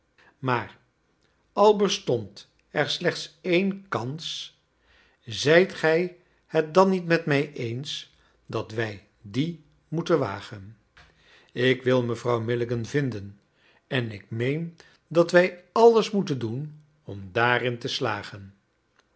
maar al bestond er slechts één kans zijt gij het dan niet met mij eens dat wij die moeten wagen ik wil mevrouw milligan vinden en ik meen dat wij alles moeten doen om daarin te slagen